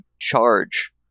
charge